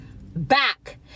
back